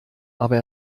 aber